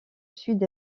sud